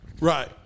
Right